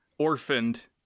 Orphaned